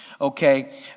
Okay